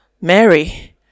Mary